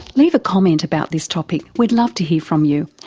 leave a comment about this topic, we'd love to hear from you.